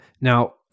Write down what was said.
Now